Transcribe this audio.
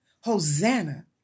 Hosanna